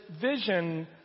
vision